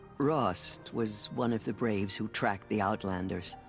rost. was. one of the braves who tracked the outlanders.